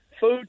food